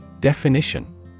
Definition